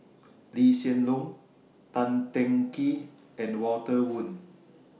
Lee Hsien Loong Tan Teng Kee and Walter Woon